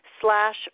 slash